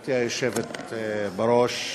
גברתי היושבת בראש,